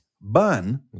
bun